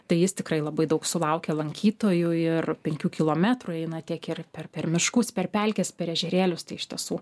tai jis tikrai labai daug sulaukia lankytojų ir penkių kilometrų eina tiek ir per per miškus per pelkes per ežerėlius tai iš tiesų